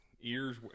ears